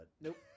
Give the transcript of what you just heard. Nope